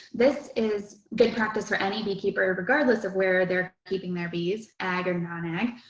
this is good practice for any beekeeper regardless of where they're keeping their bees, ag or non-ag,